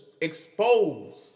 expose